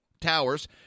towers